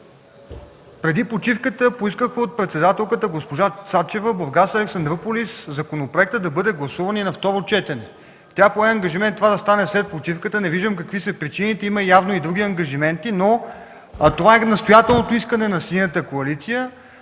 Преди почивката поискахме от председателката госпожа Цачева законопроектът за „Бургас – Александруполис” да бъде гласуван и на второ четене. Тя пое ангажимент това да стане след почивката. Не виждам какви са причините, има явно и други ангажименти, но това е настоятелното искане на Синята коалиция.